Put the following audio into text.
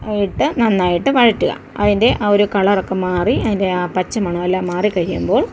ഇട്ട് നന്നായിട്ട് വഴറ്റുക അതിൻ്റെ ആ ഒരു കളറൊക്കെ മാറി അതിൻ്റെ ആ പച്ച മണം എല്ലാം മാറി കഴിയുമ്പോൾ